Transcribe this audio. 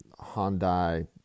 Hyundai